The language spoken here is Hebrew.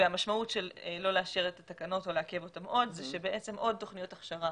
והמשמעות של לא לאשר את התקנות או לעכב אותן זה שעוד תוכניות הכשרה